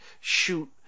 shoot